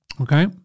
Okay